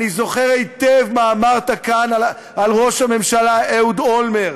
אני זוכר היטב מה אמרת כאן על ראש הממשלה אהוד אולמרט.